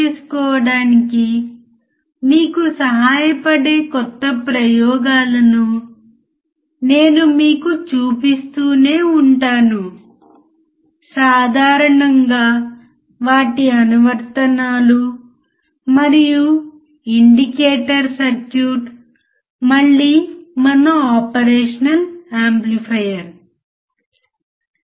కాబట్టి మనము ఈ ప్రత్యేకమైన మాడ్యూల్ను వోల్టేజ్ ఫాలోయర్ సర్క్యూట్తో పూర్తి చేస్తాము మరియు తదుపరి మాడ్యూల్లో సమ్మింగ్ యాంప్లిఫైయర్ గురించి చర్చిస్తాము